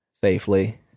safely